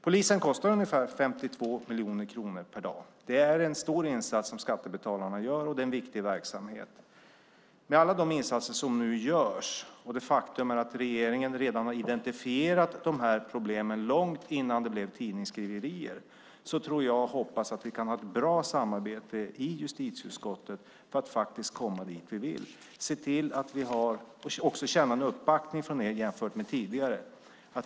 Polisen kostar ungefär 52 miljoner kronor per dag. Det är en stor insats som skattebetalarna gör, och det är en viktig verksamhet. Faktum är att regeringen redan har identifierat problemen långt innan det blev tidningsskriverier. Med alla de insatser som nu görs hoppas och tror jag att vi kan ha ett bra samarbete i justitieutskottet för att komma dit vi vill och också känna en uppbackning från er jämfört med tidigare.